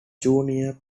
junior